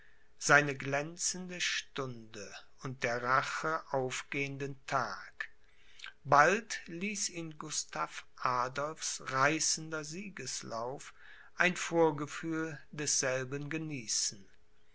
seine glänzende stunde und der rache aufgehenden tag bald ließ ihn gustav adolphs reißender siegeslauf ein vorgefühl desselben genießen